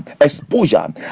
exposure